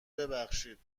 ببخشید